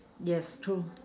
yes true